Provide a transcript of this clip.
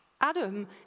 Adam